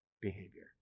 behavior